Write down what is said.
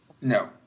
No